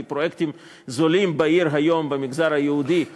כי פרויקטים זולים בעיר היום במגזר היהודי מושכים,